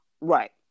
right